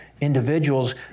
individuals